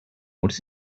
what